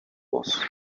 was